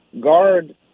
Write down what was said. guard